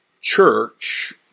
church